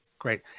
Great